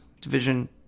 division